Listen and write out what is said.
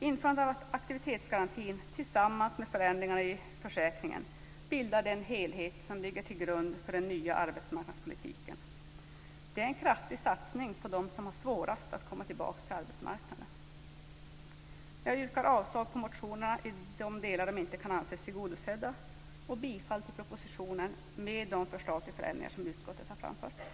Införandet av aktivitetsgarantin tillsammans med förändringarna i försäkringen bildar den helhet som ligger till grund för den nya arbetsmarknadspolitiken. Det är en kraftig satsning på dem som har svårast att komma tillbaka till arbetsmarknaden. Jag yrkar avslag på motionerna i de delar de inte kan anses tillgodosedda och bifall till propositionen med de förslag till förändringar som utskottet har framfört.